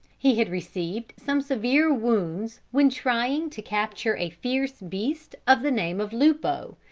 he had received some severe wounds when trying to capture a fierce beast of the name of lupo,